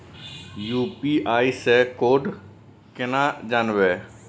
UPI से code केना जानवै?